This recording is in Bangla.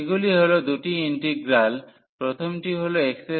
এগুলি হল দুটি ইন্টিগ্রাল প্রথমটি হল x2